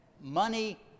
money